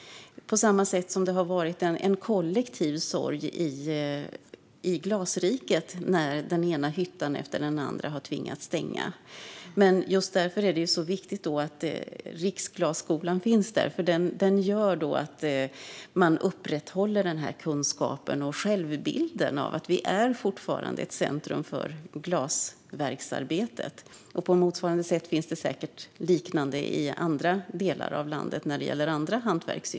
På samma sätt har det varit en kollektiv sorg i Glasriket när den ena hyttan efter den andra har tvingats stänga. Just därför är det så viktigt att Riksglasskolan finns där, för den gör att man upprätthåller den kunskapen och stärker självbilden av att man fortfarande är ett centrum för glasverksarbete. Det finns säkert motsvarande för andra hantverksyrken i andra delar av landet.